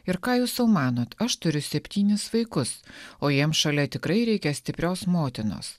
ir ką jūs sau manot aš turiu septynis vaikus o jiems šalia tikrai reikia stiprios motinos